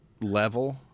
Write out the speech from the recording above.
level